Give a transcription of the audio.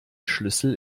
schlüssel